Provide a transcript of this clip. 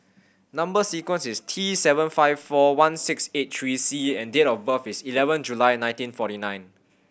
number sequence is T seven five four one six eight three C and date of birth is eleven July nineteen forty nine